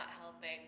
helping